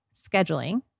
scheduling